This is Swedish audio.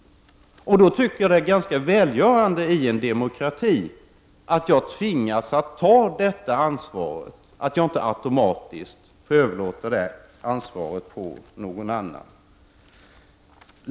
Då tycker jag att det är välgörande i en demokrati att jag tvingas att ta detta ansvar, att jag inte automatiskt får överlåta det ansvaret på någon annan.